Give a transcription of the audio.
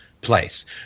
place